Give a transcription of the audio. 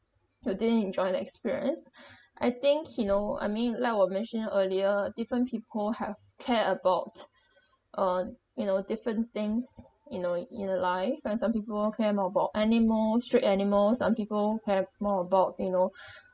you didn't enjoy the experience I think you know I mean like what I mentioned earlier different people have care about on you know different things you know in a life where some people care more about animals street animals some people care more about you know